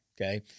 okay